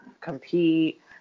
compete